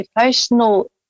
emotional